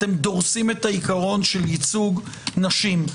אתם דורסים את העיקרון של ייצוג נשים.